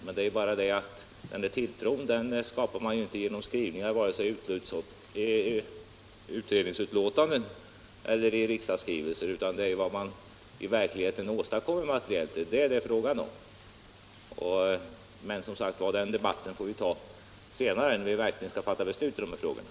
Men denna tilltro skapar man inte genom skrivningar i vare sig utredningsbetänkanden eller riksdagstrycket, utan bara genom det man åstadkommer materiellt i verkligheten. Men den debatten får vi som sagt ta senare när vi skall fatta beslut i dessa frågor.